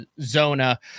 Zona